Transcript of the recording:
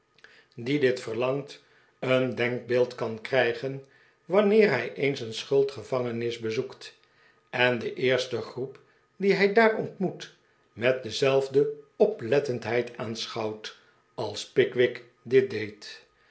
die dit verlangt een denkbeeld kan krijgen wanneer hij eens een schuldgevangenis bezoekt en de eerste groep die hij daar ontmoet met dezelfde oplettendheid aanschouwt als pickwick dit deed